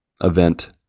event